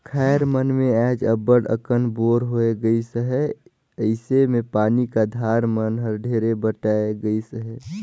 खाएर मन मे आएज अब्बड़ अकन बोर होए गइस अहे अइसे मे पानी का धार मन हर ढेरे बटाए गइस अहे